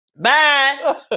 bye